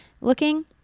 looking